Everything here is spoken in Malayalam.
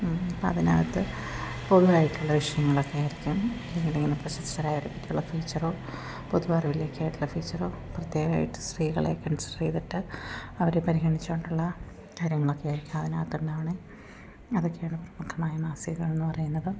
അതിനകത്ത് പൊതുവായിട്ടുള്ള വിഷയങ്ങളൊക്കെ ആയിരിക്കും എങ്ങനെയെങ്കിലും പ്രശസ്തരായ വ്യക്തികളെ ഫീച്ചറോ പൊതുഅറിവിലേക്കായിട്ടുള്ള ഫീച്ചറോ പ്രത്യേകമായിട്ട് സ്ത്രീകളെ കൺസിഡർ ചെയ്തിട്ട് അവരെ പരിഗണിച്ചോണ്ടുള്ള കാര്യങ്ങളൊക്കെ ആയിരിക്കും അതിനാത്തുണ്ടാവ്ണെ അതൊക്കെയാണ് പ്രമുഖമായ മാസികകൾ എന്ന് പറയുന്നത്